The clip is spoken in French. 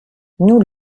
nous